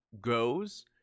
goes